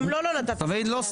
גם לו לא נתת זכות דיבור.